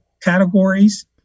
categories